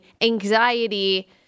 anxiety